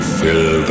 fill